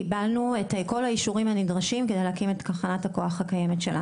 קיבלנו את כל האישורים הנדרשים כדי להקים את תחנת הכוח הקיימת שלנו.